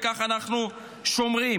וכך אנחנו שומרים.